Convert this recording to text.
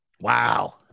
Wow